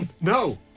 no